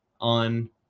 on